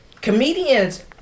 comedians